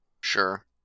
Sure